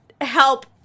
help